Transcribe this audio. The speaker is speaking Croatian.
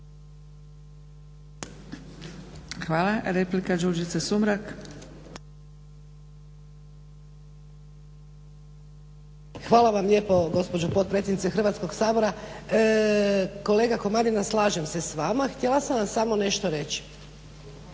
Sumrak. **Sumrak, Đurđica (HDZ)** Hvala vam lijepo gospođo potpredsjednice Hrvatskog sabora. Kolega Komadina slažem se s vama. Htjela sam vam samo nešto reći,